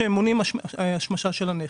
שמונעים השמשה של הנכס.